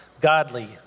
Godly